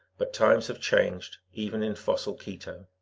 but times have changed, even in fossil quito.